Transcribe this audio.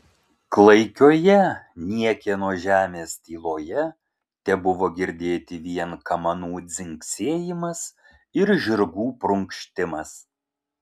klaikioje niekieno žemės tyloje tebuvo girdėti vien kamanų dzingsėjimas ir žirgų prunkštimas